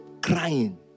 crying